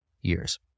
years